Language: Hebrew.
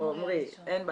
או עומרי, אין בעיה.